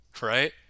right